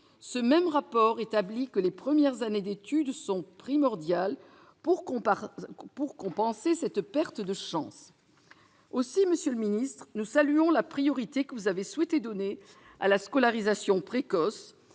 Ce même rapport établit que les premières années d'étude sont primordiales pour compenser cette perte de chance. Aussi, nous saluons la priorité que vous avez souhaité donner à la scolarisation précoce